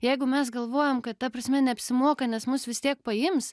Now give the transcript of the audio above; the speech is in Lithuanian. jeigu mes galvojam kad ta prasme neapsimoka nes mus vis tiek paims